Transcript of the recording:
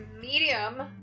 medium